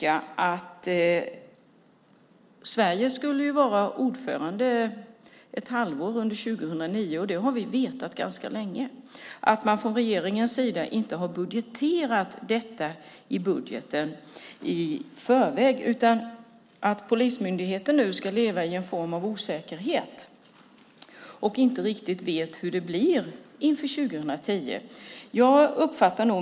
Att Sverige ska vara ordförande ett halvår under 2009 har vi vetat ganska länge. Det förvånar mig att regeringen inte har budgeterat detta i förväg. Nu får polismyndigheten leva i en form av osäkerhet och vet inte riktigt hur det blir inför 2010.